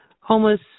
homeless